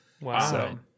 Wow